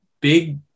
big